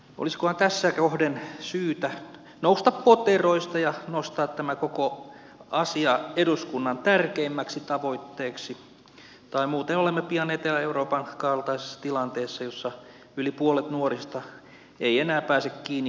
olisikohan tässä kohden syytä nousta poteroista ja nostaa tämä koko asia eduskunnan tärkeimmäksi tavoitteeksi tai muuten olemme pian etelä euroopan kaltaisessa tilanteessa jossa yli puolet nuorista ei enää pääse kiinni normaaliin työhön